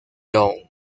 young